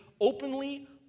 openly